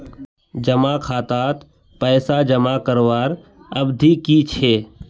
जमा खातात पैसा जमा करवार अवधि की छे?